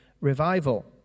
revival